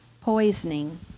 poisoning